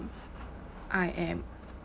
I am